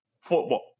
football